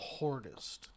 hordest